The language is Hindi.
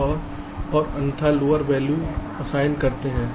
यदि अन्यथा लोअर वैल्यू असाइन करते हैं